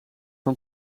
van